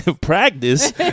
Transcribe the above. practice